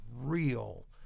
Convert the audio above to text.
real